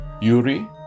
Yuri